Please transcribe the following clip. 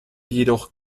jedoch